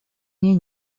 ней